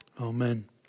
Amen